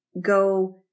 go